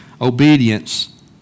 obedience